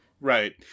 Right